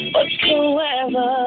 Whatsoever